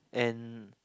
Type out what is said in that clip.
and